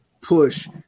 push